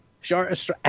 Shortest